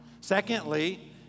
Secondly